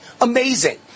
Amazing